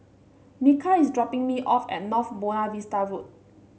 Micah is dropping me off at North Buona Vista Road